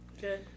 Good